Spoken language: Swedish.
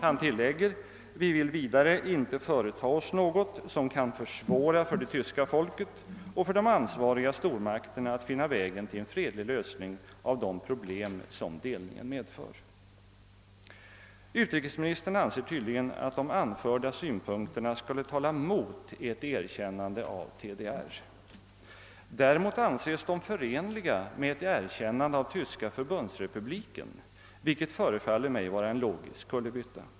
Han tillägger att vi inte vill »företa oss något, som kan försvåra för det tyska folket och för de ansvariga stormakterna att finna vägen till en fredlig lösning av de problem, som delningen medför». Utrikesministern anser tydligen att de anförda synpunkterna skulle tala mot erkännande av TDR. Däremot anses de förenliga med ett erkännande av Tyska förbundsrepubliken, vilket förefaller mig vara en logisk kullerbytta.